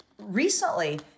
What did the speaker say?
recently